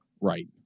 Right